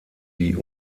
die